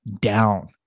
down